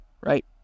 right